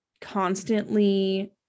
constantly